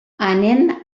anem